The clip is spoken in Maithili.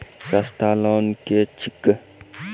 सस्ता लोन केँ छैक